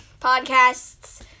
podcasts